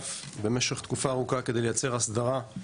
במשותף במשך תקופה ארוכה כדי לייצר הסדרה,